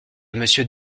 monsieur